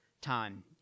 time